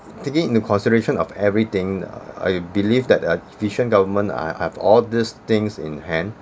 taking into consideration of everything I believe that a efficient government ah uh have all this things in hand